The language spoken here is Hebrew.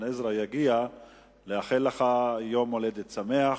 עזרא יגיע כדי לאחל לך יום הולדת שמח,